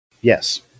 Yes